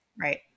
Right